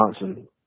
Johnson